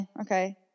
Okay